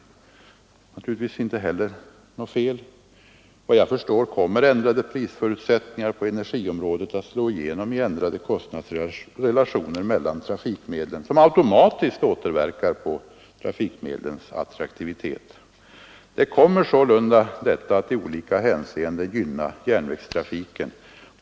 Det är naturligtvis inte heller något fel. Vad jag förstår kommer ändrade prisförutsättningar på energiområdet att slå igenom i ändrade kostnadsrelationer mellan trafikmedlen som automatiskt återverkar på trafimedlens attraktivitet. Detta kommer sålunda att i olika hänseenden gynna järnvägstrafiken.